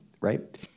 right